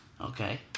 Okay